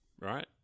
right